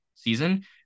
season